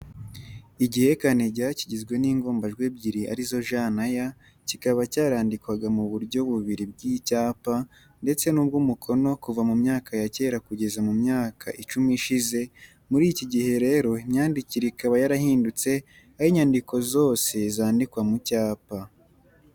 Igihekane JY kigizwe n'ingombajwi ebyiri ari zo J na Y, kikaba cyarandikwaga mu buryo bubiri bw'icyapa ndetse n'ubw'umukono kuva mu myaka ya kera kugeza mu myaka icumi ishize, muri iki gihe rero imyandikite ikaba yarahindutse aho inyandiko zose zandikwa mu cyapa.